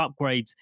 upgrades